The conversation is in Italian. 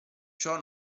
ciò